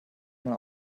man